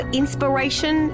inspiration